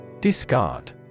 Discard